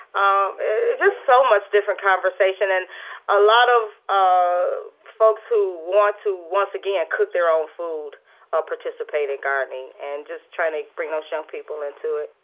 um just so much different conversation and a lot of ah folks who want to, once again, cook their own food are participating gardening and just trying to bring those young people into it